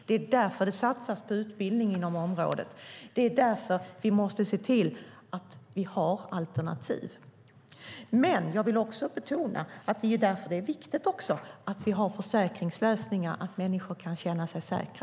Det är därför det satsas på utbildning inom området. Det är därför vi måste se till att vi har alternativ. Jag vill betona att det är viktigt att vi har försäkringslösningar så att människor kan känna sig säkra.